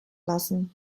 lassen